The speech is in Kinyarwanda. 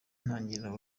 ntangira